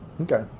Okay